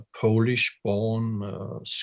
Polish-born